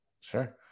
Sure